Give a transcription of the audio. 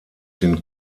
den